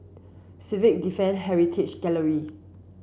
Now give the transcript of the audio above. Civil Defence Heritage Gallery